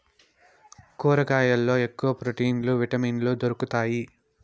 కూరగాయల్లో ఎక్కువ ప్రోటీన్లు విటమిన్లు దొరుకుతాయి